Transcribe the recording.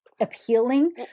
appealing